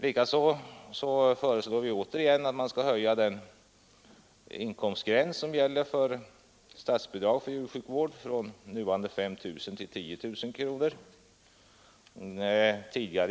Likaså föreslår vi återigen att man skall höja den inkomstgräns som gäller för statsbidrag till djursjukvård från nuvarande 5 000 till 10 000 kronor.